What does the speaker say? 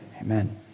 Amen